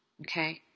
okay